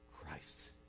Christ